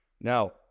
Now